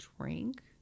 drink